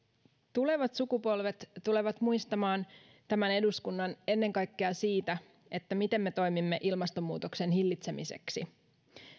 tulevat sukupolvet tulevat muistamaan tämän eduskunnan ennen kaikkea siitä miten me toimimme ilmastonmuutoksen hillitsemiseksi